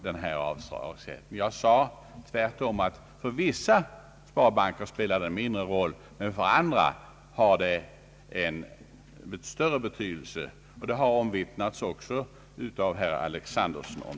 Tvärtom sade jag att den för vissa sparbanker spelar en mindre roll, medan den för andra har en större betydelse. Att så är fallet har omvittnats av herr Alexanderson.